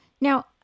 Now